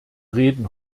reden